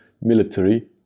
military